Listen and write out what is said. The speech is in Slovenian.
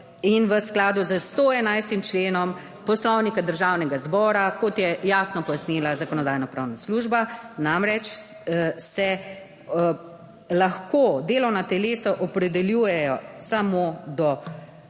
in v skladu s 111 členom Poslovnika Državnega zbora, kot je jasno pojasnila Zakonodajno-pravna služba, namreč se lahko delovna telesa opredeljujejo samo do,